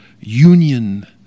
union